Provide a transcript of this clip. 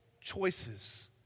choices